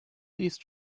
these